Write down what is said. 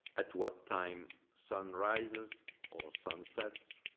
at what time sun rises or sunsets.